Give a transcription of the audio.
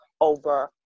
over